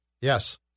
Yes